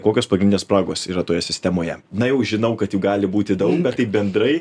kokios pagrindinės spragos yra toje sistemoje na jau žinau kad jų gali būti daug bet taip bendrai